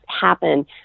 happen